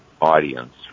audience